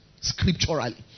scripturally